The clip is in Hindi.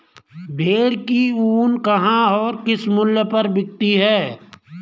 भेड़ की ऊन कहाँ और किस मूल्य पर बिकती है?